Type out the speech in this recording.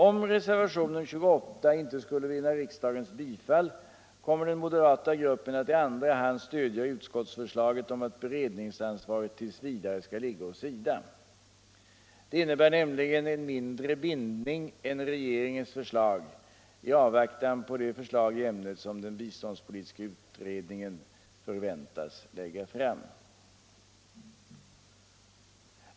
Om reservationen 28 inte vinner riksdagens bifall kommer den moderata gruppen att i andra hand stödja utskottsförslaget om att beredningsansvaret tills vidare skall ligga hos SIDA. Det innebär nämligen en mindre bindning än regeringens förslag i avvaktan på det förslag i ämnet som den biståndspolitiska utredningen förväntas lägga fram.